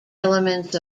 elements